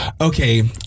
Okay